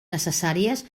necessàries